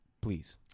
please